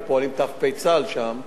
כי הם פועלים ת"פ צה"ל שם,